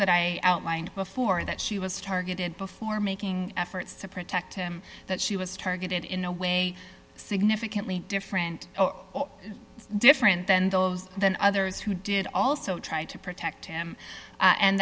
that i mind before that she was targeted before making efforts to protect him that she was targeted in a way significantly different different than those than others who did also try to protect him